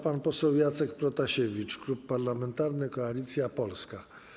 Pan poseł Jacek Protasiewicz, Klub Parlamentarny Koalicja Polska.